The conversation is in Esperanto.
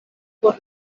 por